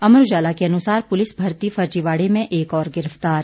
अमर उजाला के अनुसार पुलिस भर्ती फर्जीवाड़े में एक और गिरफ्तार